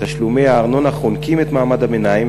תשלומי הארנונה חונקים את מעמד הביניים,